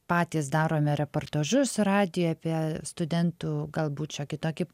patys darome reportažus radijui apie studentų galbūt šiokį tokį